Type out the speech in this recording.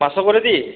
পাঁচশো করে দিই